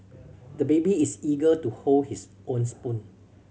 the baby is eager to hold his own spoon